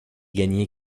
gagner